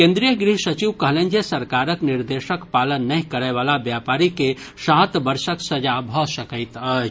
केन्द्रीय गृह सचिव कहलनि जे सरकारक निर्देशक पालन नहि करय वला व्यापारी के सात वर्षक सजा भऽ सकैत अछि